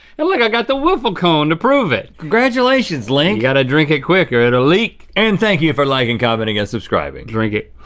and look, i got the wiffle cone to prove it. congratulations, link. you gotta drink it quick or it'll leak. and thank you for liking, commenting and subscribing. drink it.